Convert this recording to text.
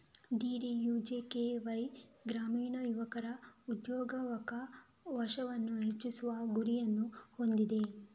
DDUJKY ಗ್ರಾಮೀಣ ಯುವಕರ ಉದ್ಯೋಗಾವಕಾಶವನ್ನು ಹೆಚ್ಚಿಸುವ ಗುರಿಯನ್ನು ಹೊಂದಿದೆ